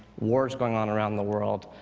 wars going on around the world,